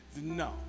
No